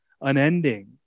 unending